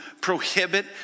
prohibit